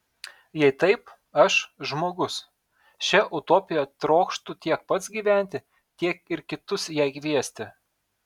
jei taip aš žmogus šia utopija trokštu tiek pats gyventi tiek ir kitus jai kviesti